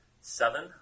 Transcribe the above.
Seven